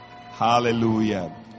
Hallelujah